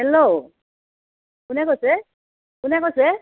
hello কোনে কৈছে কোনে কৈছে